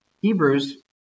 Hebrews